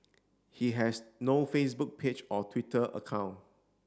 he has no Facebook page or Twitter account